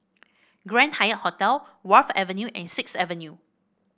Grand Hyatt Singapore Wharf Avenue and Sixth Avenue